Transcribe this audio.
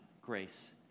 grace